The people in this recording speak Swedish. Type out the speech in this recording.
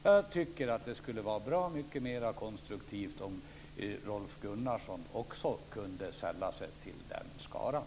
Jag tycker att det skulle vara bra mycket mer konstruktivt om Rolf Gunnarsson också kunde sälla sig till den skaran.